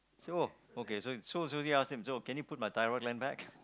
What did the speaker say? so okay so susan ask him so can you put my thyroid gland back